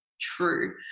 true